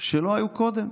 שלא היו קודם: